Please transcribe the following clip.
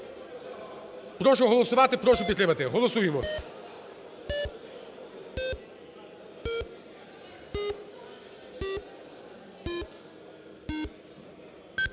Прошу голосувати. Прошу підтримати. Голосуємо.